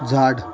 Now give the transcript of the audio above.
झाड